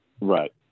right